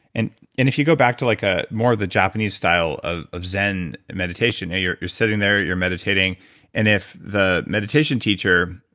and and if you go back to like ah more of the japanese style of of zen meditation, you're you're sitting there, you're meditating and if the mediation teacher,